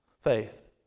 faith